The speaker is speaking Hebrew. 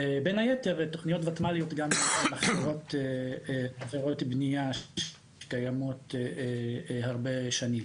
ובין היתר תוכניות ותמ"ליות גם בעבירות בנייה שקיימות הרבה שנים.